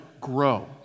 grow